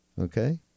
Okay